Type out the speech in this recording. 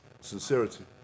sincerity